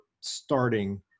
starting